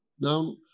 Now